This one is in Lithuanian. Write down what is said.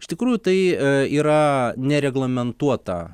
iš tikrųjų tai yra nereglamentuota